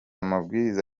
amabwiriza